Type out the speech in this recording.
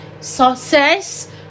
success